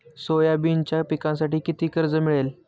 सोयाबीनच्या पिकांसाठी किती कर्ज मिळेल?